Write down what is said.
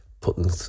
putting